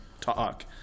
talk